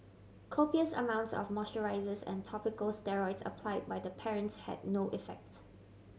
copious amounts of moisturisers and topical steroids apply by the parents had no effect